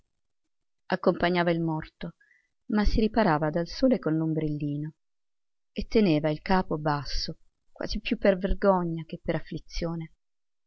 accompagnava il morto ma si riparava dal sole con l'ombrellino e teneva il capo basso quasi più per vergogna che per afflizione